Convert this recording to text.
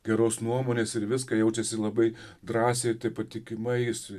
geros nuomonės ir viską jaučiasi labai drąsiai taip patikimai jis